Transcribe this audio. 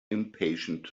impatient